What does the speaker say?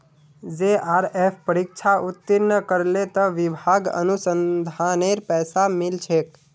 JRF परीक्षा उत्तीर्ण करले त विभाक अनुसंधानेर पैसा मिल छेक